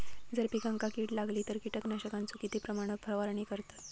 जर पिकांका कीड लागली तर कीटकनाशकाचो किती प्रमाणावर फवारणी करतत?